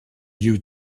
you